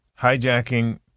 hijacking